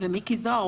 ומיקי זוהר.